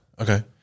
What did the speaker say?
Okay